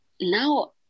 now